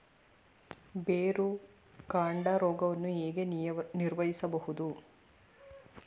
ಬೇರುಕಾಂಡ ರೋಗವನ್ನು ಹೇಗೆ ನಿರ್ವಹಿಸಬಹುದು?